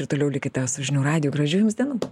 ir toliau likite su žinių radiju gražių jums dienų